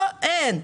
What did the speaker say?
פה אין,